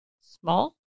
small